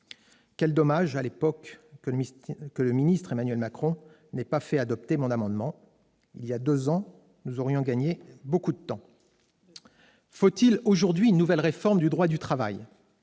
Quel dommage que, à l'époque, le ministre Emmanuel Macron n'ait pas fait adopter mon amendement : nous aurions gagné beaucoup de temps ... Faut-il aujourd'hui une nouvelle réforme du droit du travail ?